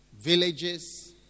villages